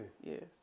Yes